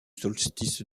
solstice